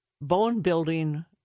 bone-building